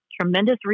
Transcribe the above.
tremendous